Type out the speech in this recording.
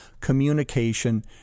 communication